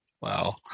Wow